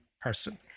person